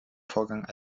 vorgang